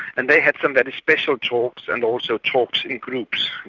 and they had some very special talks and also talks in groups,